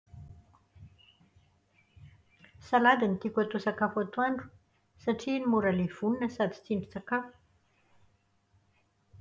Salady no tiako atao sakafo atoandro satria iny mora levonina no sady tsindrin-tsakafo.